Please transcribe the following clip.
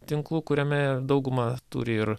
tinklų kuriame daugumą turi ir